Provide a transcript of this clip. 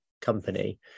company